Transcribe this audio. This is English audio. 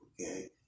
okay